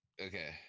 Okay